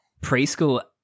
preschool